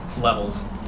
levels